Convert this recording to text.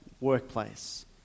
workplace